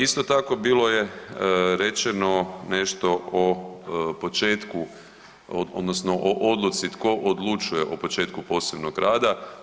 Isto tako, bilo je rečeno nešto o početku odnosno o odluci tko odlučuje o početku posebnog rada.